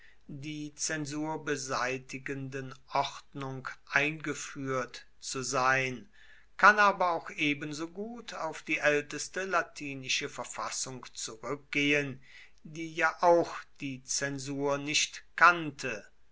die zensur beseitigenden ordnung eingeführt zu sein kann aber auch ebensogut auf die älteste latinische verfassung zurückgehen die ja auch die zensur nicht kannte